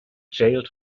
jailed